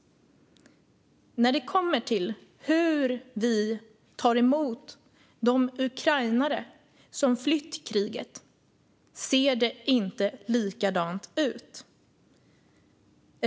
När det kommer till hur vi tar emot de ukrainare som flytt kriget ser det inte likadant ut.